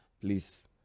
Please